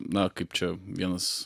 na kaip čia vienas